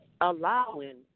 allowing